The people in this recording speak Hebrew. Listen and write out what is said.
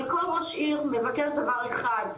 אבל כל ראש עיר מבקש דבר אחד,